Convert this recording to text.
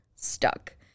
stuck